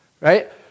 Right